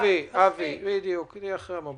אבי, אבי, בדיוק, נהיה פה אחרי המבול.